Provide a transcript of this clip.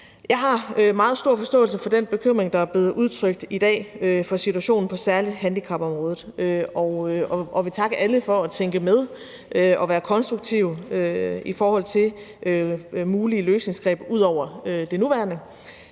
meget stor forståelse for den bekymring, der i dag er blevet givet udtryk for, særlig med hensyn til situationen på handicapområdet, og jeg vil takke alle for at tænke med og være konstruktive i forhold til mulige løsningsgreb ud over det nuværende.